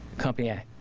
company a,